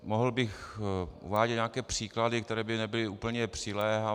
Mohl bych uvádět nějaké příklady, které by nebyly úplně přiléhavé.